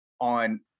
on